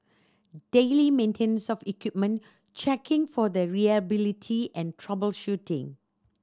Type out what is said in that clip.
daily maintenance of equipment checking for the reliability and troubleshooting